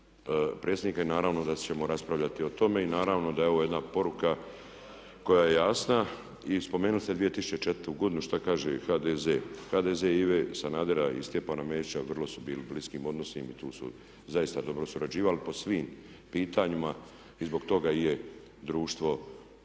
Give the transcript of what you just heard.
predsjednika. I naravno da ćemo raspravljati o tome i naravno da je ovo jedna poruka koja je jasna. Spomenuli ste 2004. godinu što kaže HDZ, HDZ Ive Sanadera i Stjepana Mesića. Vrlo su bili u bliskim odnosima i tu su zaista dobro surađivali po svim pitanjima i zbog toga i je društvo